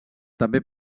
també